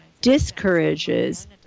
discourages